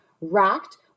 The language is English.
racked